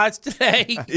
today